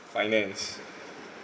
finance